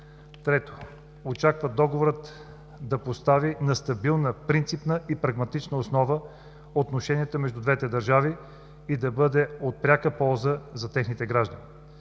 му. 3. Очаква Договорът да постави на стабилна, принципна и прагматична основа отношенията между двете държави и да бъде от пряка полза за техните граждани.